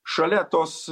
šalia tos